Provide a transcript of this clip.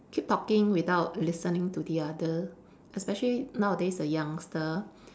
keep talking without listening to the other especially nowadays the youngster